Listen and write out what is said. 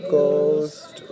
Ghost